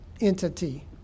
entity